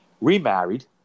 remarried